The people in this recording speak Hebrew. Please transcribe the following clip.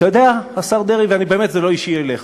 אתה יודע, השר דרעי, וזה באמת לא אישי אליך,